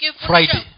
Friday